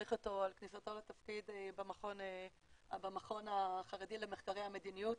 ולברך אותו על כניסתו לתפקיד במכון החרדי למחקרי המדיניות,